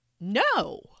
No